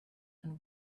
and